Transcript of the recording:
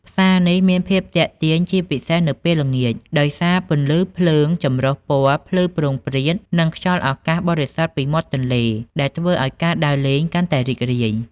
ផ្សារនេះមានភាពទាក់ទាញជាពិសេសនៅពេលល្ងាច ដោយសារពន្លឺភ្លើងចម្រុះពណ៌ភ្លឺព្រោងព្រាត និងខ្យល់អាកាសបរិសុទ្ធពីមាត់ទន្លេ ដែលធ្វើឱ្យការដើរលេងកាន់តែរីករាយ។